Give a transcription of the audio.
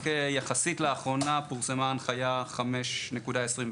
יחסית לאחרונה פורסמה הנחיה 5.24,